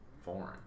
foreign